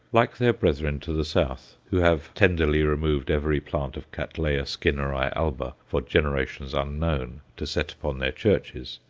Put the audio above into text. like their brethren to the south, who have tenderly removed every plant of cattleya skinneri alba for generations unknown, to set upon their churches,